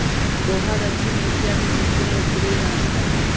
पोहा दक्षिण एशिया के सबसे लोकप्रिय नाश्ता हई